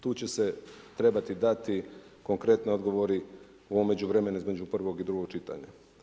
Tu će se trebati dati konkretni odgovori o ovom međuvremenu između prvog i drugog čitanja.